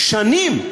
שנים.